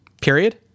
period